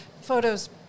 photos